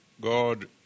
God